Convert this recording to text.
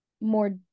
more